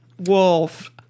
Wolf